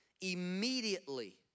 Immediately